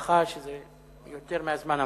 לך שזה יותר מהזמן המקובל.